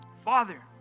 Father